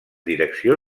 direcció